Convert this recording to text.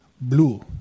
blue